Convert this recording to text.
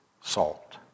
salt